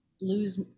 lose